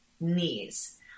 knees